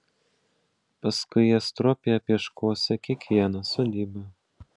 paskui jie stropiai apieškosią kiekvieną sodybą